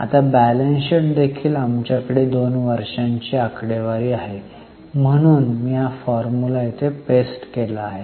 आता बॅलन्सशीट देखील आमच्याकडे २ वर्षांची आकडेवारी आहे म्हणून मी हा फॉर्म्युला येथे पेस्ट केला आहे